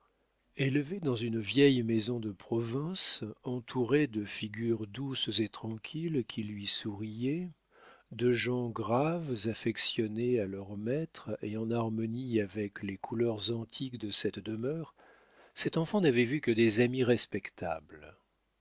élevé dans une vieille maison de province entouré de figures douces et tranquilles qui lui souriaient de gens graves affectionnés à leurs maîtres et en harmonie avec les couleurs antiques de cette demeure cet enfant n'avait vu que des amis respectables